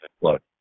look